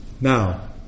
Now